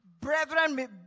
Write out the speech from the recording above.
brethren